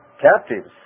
captives